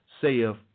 saith